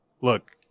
look